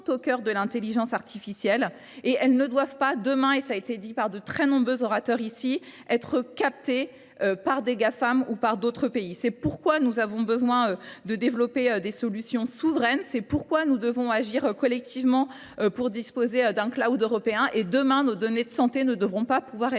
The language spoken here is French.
au coeur de l'intelligence artificielle et elles ne doivent pas demain, et ça a été dit par de très nombreux orateurs ici, être captées par des GAFAM ou par d'autres pays. C'est pourquoi nous avons besoin de développer des solutions souveraines, c'est pourquoi nous devons agir collectivement pour disposer d'un cloud européen et demain nos données de santé ne devront pas pouvoir être